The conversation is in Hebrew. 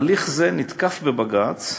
הליך זה נתקף בבג"ץ,